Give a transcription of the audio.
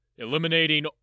Eliminating